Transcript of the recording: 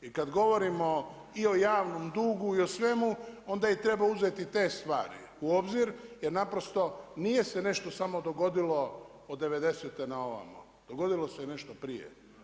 I kad govorimo i o javnim dugu i o svemu, onda treba uzeti i te stvari u obzir je naprosto nije se nešto samo dogodilo od '90.—te na ovamo, dogodilo se nešto prije.